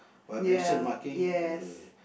ya yes